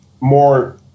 more